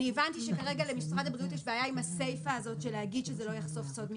ואמרנו שזה לא יחשוף סוד מסחרי.